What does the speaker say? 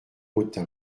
autun